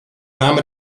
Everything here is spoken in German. name